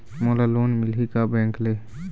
मोला लोन मिलही का बैंक ले?